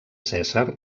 cèsar